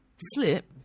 slip